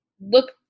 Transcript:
look